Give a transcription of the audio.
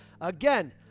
Again